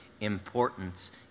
importance